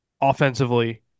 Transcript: offensively